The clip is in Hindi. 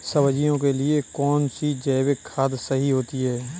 सब्जियों के लिए कौन सी जैविक खाद सही होती है?